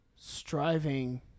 striving